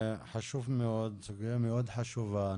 חשוב מאוד, זו סוגיה מאוד חשובה.